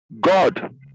God